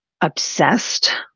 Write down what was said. obsessed